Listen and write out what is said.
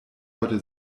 heute